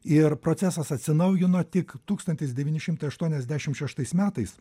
ir procesas atsinaujino tik tūkstantis devyni šimtai aštuoniasdešim šeštais metais